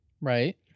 Right